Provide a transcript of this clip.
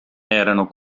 erano